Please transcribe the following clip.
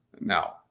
Now